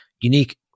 unique